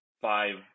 five